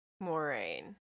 Moraine